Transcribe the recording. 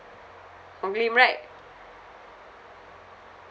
hong lim right